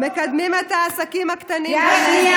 נלחמים בפרוטקשן, מקדמים את העסקים הקטנים בנגב.